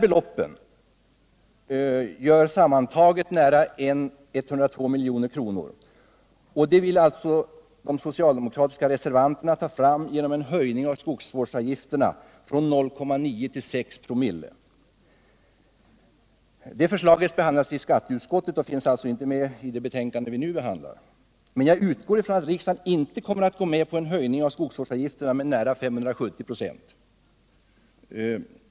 Det blir sammantaget nära 102 milj.kr. som de socialdemokratiska reservanterna vill ta fram genom en höjning av skogsvårdsavgifterna från 0,9 till 6 ?/00. Det förslaget behandlas i skatteutskottet och finns alltså inte med i det betänkande vi nu behandlar. Men jag utgår ifrån att riksdagen inte kommer att gå med på en höjning av skogsvårdsavgifterna med nära 570 96.